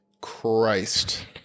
christ